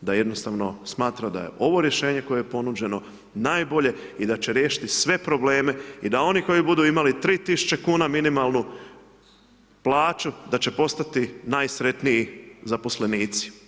da jednostavno smatra da je ovo rješenje koje je ponuđeno najbolje i da će riješiti sve probleme i da oni koji budu imali 3.000 kuna minimalnu plaću da će postati najsretniji zaposlenici.